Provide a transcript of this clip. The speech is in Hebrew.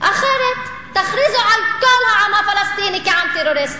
אחרת תכריזו על כל העם הפלסטיני כעם טרוריסטי,